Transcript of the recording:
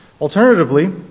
Alternatively